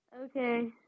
Okay